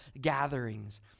gatherings